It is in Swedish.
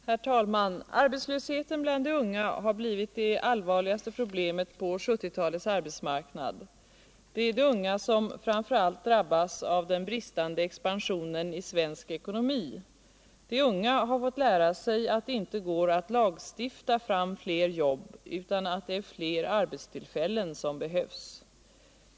Herr talman! Arbetslösheten bland de unga har blivit det allvarliga problemet på 1970-talets arbetsmarknad. Det är de unga som framför allt drabbas av den bristande expansionen inom svensk industri. De unga har fått lära sig att det inte går att lagstifta fram flera jobb utan att det är fler arbetstillfällen som behövs.